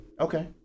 okay